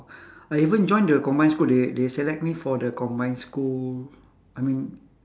I even join the combined school they they select me for the combined school I mean